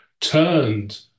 turned